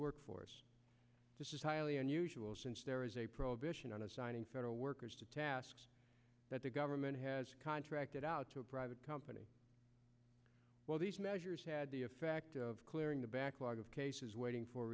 work force this is highly unusual since there is a prohibition on assigning federal workers to tasks that the government has contracted out to a private company well these measures had the effect of clearing the backlog of cases waiting for